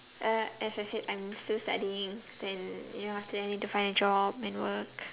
uh as I said I'm still studying then you know after that I need to find a job and work